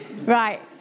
Right